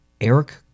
Eric